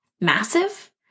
massive